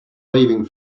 waving